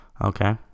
okay